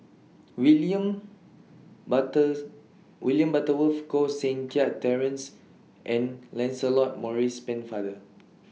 William butters William Butterworth Koh Seng Kiat Terence and Lancelot Maurice Pennefather